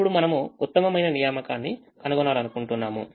ఇప్పుడు మనము ఉత్తమమైన నియామకాన్ని కనుగొనాలనుకుంటున్నాము